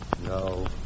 No